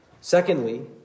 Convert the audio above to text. Secondly